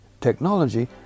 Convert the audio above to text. Technology